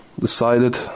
decided